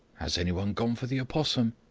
has anyone gone for the opossum?